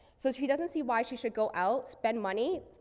so she doesn't see why she should go out, spend money,